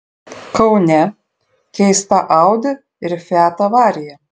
kaune keista audi ir fiat avarija